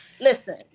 Listen